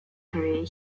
career